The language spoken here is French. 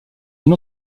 une